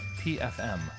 PFM